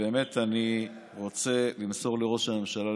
ובאמת אני רוצה למסור לראש הממשלה,